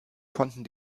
konnten